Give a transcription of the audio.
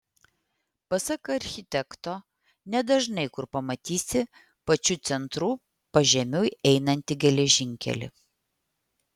pasak architekto nedažnai kur pamatysi pačiu centru pažemiui einantį geležinkelį